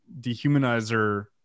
dehumanizer